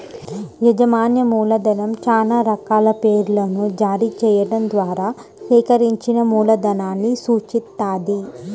యాజమాన్య మూలధనం చానా రకాల షేర్లను జారీ చెయ్యడం ద్వారా సేకరించిన మూలధనాన్ని సూచిత్తది